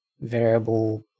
variable